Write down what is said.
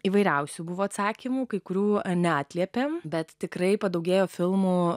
įvairiausių buvo atsakymų kai kurių neatliepia bet tikrai padaugėjo filmų